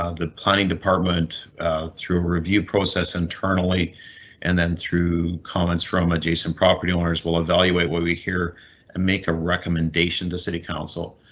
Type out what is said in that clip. ah the planning department through a review process internally and then through comments from adjacent property owners will evaluate what we hear and make a recommendation to city council.